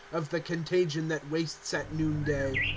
of the contagion that wastes at noon-day.